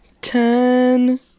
ten